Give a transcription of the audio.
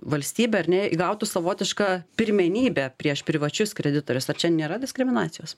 valstybė ar ne įgautų savotišką pirmenybę prieš privačius kreditorius ar čia nėra diskriminacijos